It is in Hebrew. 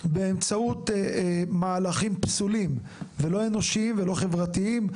באמצעות מהלכים פסולים ולא אנושים ולא חברתיים,